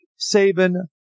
Saban